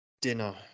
dinner